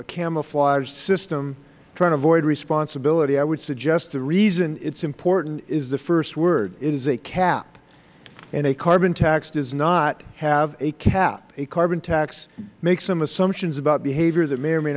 a camouflage system trying to avoid responsibility i would suggest the reason it is important is the first word it is a cap and a carbon tax does not have a cap a carbon tax makes some assumptions about behavior that may or may